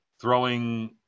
throwing